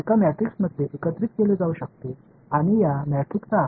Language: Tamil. எனவே இவை அனைத்தையும் ஒரு மேட்ரிக்ஸில் இணைக்கலாம் மற்றும் இந்த மேட்ரிக்ஸின் அளவு